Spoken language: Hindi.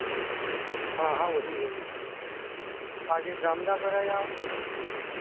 हाँ हाँ वही वही आगे बरामदा पड़ेगा